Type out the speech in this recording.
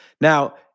Now